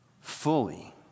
fully